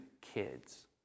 kids